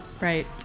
right